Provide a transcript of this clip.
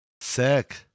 Sick